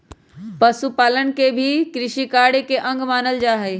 पशुपालन के भी कृषिकार्य के अंग मानल जा हई